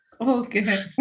Okay